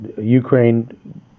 Ukraine